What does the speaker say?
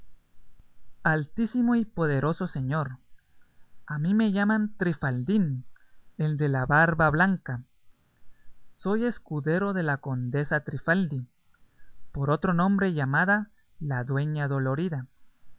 altísimo y poderoso señor a mí me llaman trifaldín el de la barba blanca soy escudero de la condesa trifaldi por otro nombre llamada la dueña dolorida